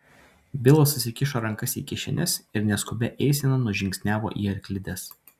bilas susikišo rankas į kišenes ir neskubia eisena nužingsniavo į arklides